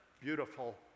beautiful